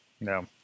No